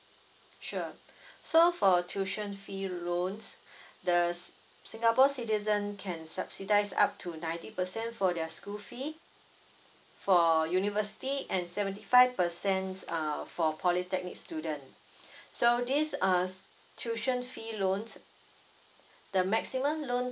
sure so for tuition fee loans the singapore citizen can subsidize up to ninety percent for their school fee for university and seventy five percent err for polytechnic student so this err tuition fee loans the maximum loan